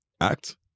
act